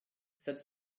sept